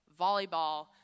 volleyball